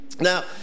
Now